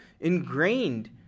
ingrained